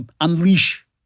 unleash